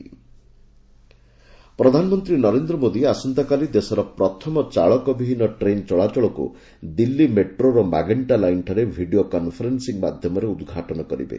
driverless train ପ୍ରଧାନମନ୍ତ୍ରୀ ନରେନ୍ଦ୍ର ମୋଦୀ ଆସନ୍ତାକାଲି ଦେଶର ପ୍ରଥମ ଚାଳକ ବିହିନ ଟ୍ରେନ୍ ଚଳାଚଳକୁ ଦିଲ୍ଲୀ ମେଟ୍ରୋର ମାଗେଷ୍ଟା ଲାଇନ୍ଠାରେ ଭିଡ଼ିଓ କନ୍ଫରେନ୍ ି ମାଧ୍ୟମରେ ଉଦ୍ଘାଟନ କରିବେ